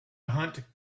hunt